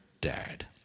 dad